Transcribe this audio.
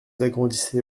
agrandissez